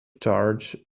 charge